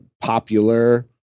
popular